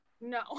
no